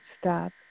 stop